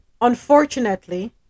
unfortunately